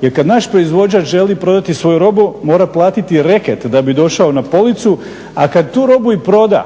Jer kad naš proizvođač želi prodati svoju robu mora platiti reket da bi došao na policu, a kad tu robu i proda